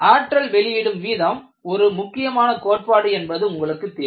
ஆற்றல் வெளியிடும் வீதம் ஒரு முக்கியமான கோட்பாடு என்பது உங்களுக்குத் தெரியும்